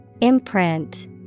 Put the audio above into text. Imprint